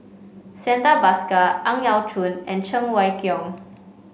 Santha Bhaskar Ang Yau Choon and Cheng Wai Keung